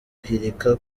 guhirika